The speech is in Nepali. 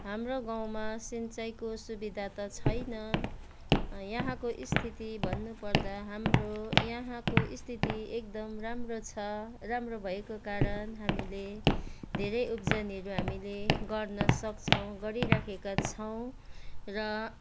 हाम्रो गाउँमा सिँचाइको सुविधा त छैन यहाँको स्थिति भन्नु पर्दा हाम्रो यहाँको स्थिति एकदम राम्रो छ राम्रो भएको कारण हामीले धेरै उब्जनीहरू हामीले गर्न सक्छौँ गरिरहेका छौँ र